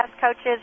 coaches